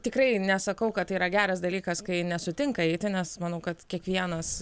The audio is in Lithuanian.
tikrai nesakau kad tai yra geras dalykas kai nesutinka eiti nes manau kad kiekvienas